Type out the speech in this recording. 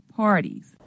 parties